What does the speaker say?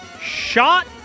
shot